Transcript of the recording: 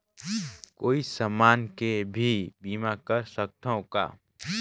कोई समान के भी बीमा कर सकथव का?